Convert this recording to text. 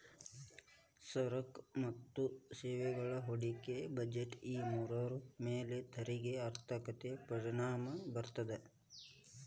ಸರಕು ಮತ್ತ ಸೇವೆಗಳ ಹೂಡಿಕೆ ಬಜೆಟ್ ಈ ಮೂರರ ಮ್ಯಾಲೆ ತೆರಿಗೆ ಆರ್ಥಿಕತೆ ಪರಿಣಾಮ ಬೇರ್ತದ